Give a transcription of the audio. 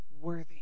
worthy